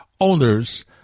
owners